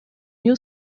new